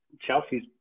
Chelsea's